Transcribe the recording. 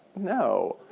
no.